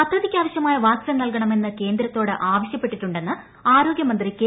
പദ്ധതിയ്ക്കാവശ്യമായ vaccine നൽകണമെന്ന് കേന്ദ്രത്തോട് ആവശ്യപ്പെട്ടിട്ടുണ്ടെന്ന് ആരോഗ്യമന്ത്രി കെ